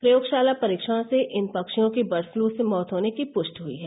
प्रयोगशाला परीक्षण से इन पक्षियों की बर्ड फ्लू से मौत होने की पुष्टि हुई है